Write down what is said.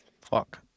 fuck